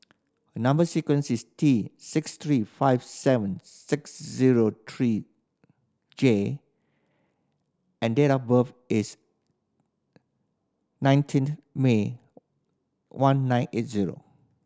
number sequence is T six three five seven six zero three J and date of birth is nineteenth May one nine eight zero